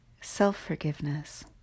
self-forgiveness